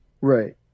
Right